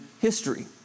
history